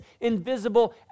invisible